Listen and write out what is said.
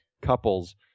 couples